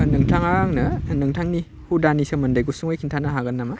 नोंथां आंनो नोंथांनि हुदानि सोमोन्दै गुसुङै खिन्थानो हागोन नामा